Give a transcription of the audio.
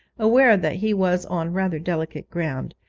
aware that he was on rather delicate ground,